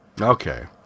Okay